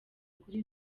kuri